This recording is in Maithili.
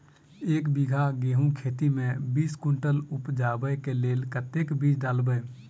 एक बीघा गेंहूँ खेती मे बीस कुनटल उपजाबै केँ लेल कतेक बीज डालबै?